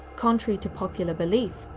contrary to popular belief,